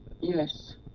Yes